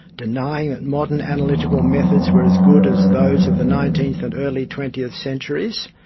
denying that modern analytical methods were as good as those of the nineteenth and early twentieth centuries,